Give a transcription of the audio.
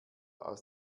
aus